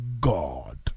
God